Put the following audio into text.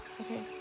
Okay